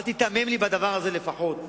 אל תיתמם לי בדבר הזה, לפחות.